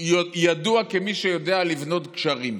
ידוע כמי שיודע לבנות גשרים.